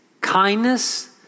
kindness